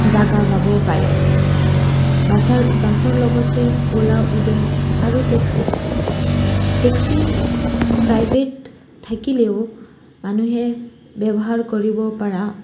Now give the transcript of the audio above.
জাগা যাব পাৰে বাছৰ বাছৰ লগতে অ'লা উবেৰ আৰু টেক্সি টেক্সি প্ৰাইভেট থাকিলেও মানুহে ব্যৱহাৰ কৰিব পাৰা